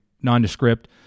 nondescript